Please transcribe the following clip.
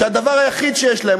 כשהדבר היחיד שיש להם,